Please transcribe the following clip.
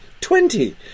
Twenty